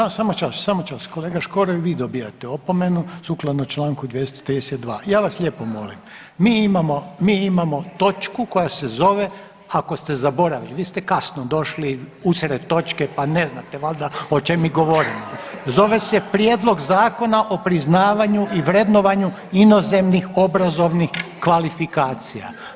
Ovako, samo čas, samo čas, kolega Škoro i vi dobijate opomenu sukladno Članku 232., ja vas lijepo molim mi imamo, mi imamo točku koja se zove ako ste zaboravili, vi ste kasno došli usred točke pa ne znate valda o čemu mi govorimo, zove se Prijedlog Zakona o priznavanju i vrednovanju inozemnih obrazovnih kvalifikacija.